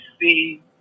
see